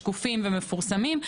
שקופים ומפורסמים.